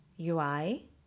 UI